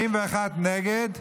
41 נגד.